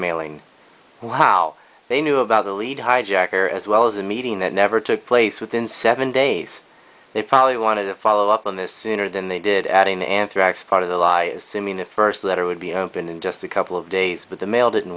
mailing well how they knew about the lead hijacker as well as the meeting that never took place within seven days they probably wanted to follow up on this sooner than they did adding anthrax part of the law is simming the first letter would be opened in just a couple of days but the mail didn't